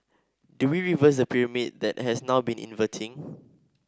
do we reverse the pyramid that has now been inverting